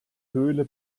höhle